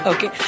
Okay